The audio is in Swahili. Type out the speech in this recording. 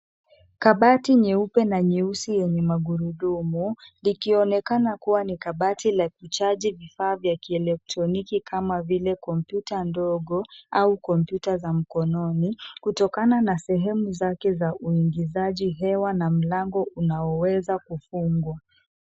Kabati nyeupe na nyeusi yenye magurudumu likionekana kuwa ni kabati la kuchaji vifaa vya kielektroniki kama vile kompyuta ndogo au kompyuta za mkononi kutokana na sehemu zake za uingizaji hewa na mlango unaoweza kufungwa.